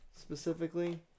specifically